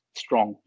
strong